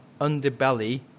Underbelly